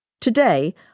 Today